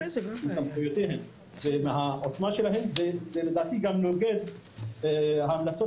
מסמכויותיהן ומהעוצמה שלהן זה לדעתי גם נוגד את ההמלצות